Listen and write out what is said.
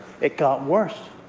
it got worse.